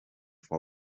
for